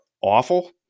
awful